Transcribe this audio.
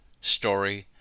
story